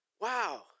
wow